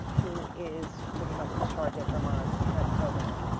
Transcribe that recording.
who is pretty much in charge of vermont's hemp program.